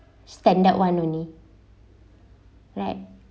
standard [one] only right